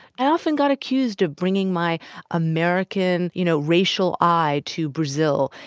i often got accused of bringing my american, you know, racial eye to brazil.